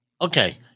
Okay